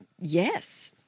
yes